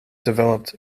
developed